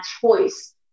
choice